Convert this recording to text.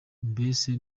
mbese